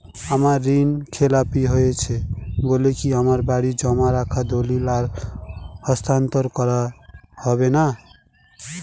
আমার ঋণ খেলাপি হয়েছে বলে কি আমার বাড়ির জমা রাখা দলিল আর হস্তান্তর করা হবে না?